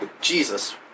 Jesus